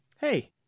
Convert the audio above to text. hey